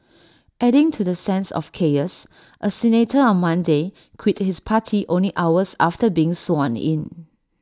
adding to the sense of chaos A senator on Monday quit his party only hours after being sworn in